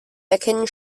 erkennen